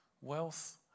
wealth